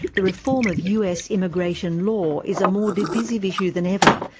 the reform of us immigration law is a more divisive issue than ever,